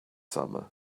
summer